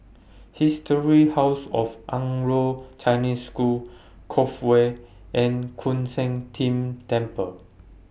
Historic House of Anglo Chinese School Cove Way and Koon Seng Ting Temple